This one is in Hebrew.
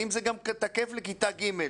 האם זה גם תקף לכיתה ג'?